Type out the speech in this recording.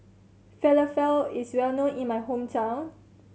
falafel is well known in my hometown